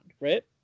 right